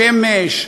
השמש?